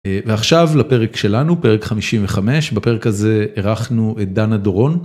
ועכשיו לפרק שלנו פרק 55 בפרק הזה אירחנו את דנה דורון.